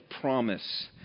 promise